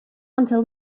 until